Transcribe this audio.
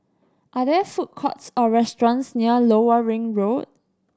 are there food courts or restaurants near Lower Ring Road